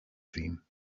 cream